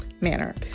manner